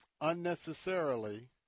unnecessarily